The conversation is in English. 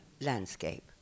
landscape